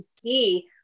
see